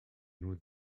nos